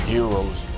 Heroes